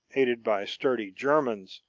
aided by sturdy germans,